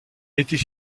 était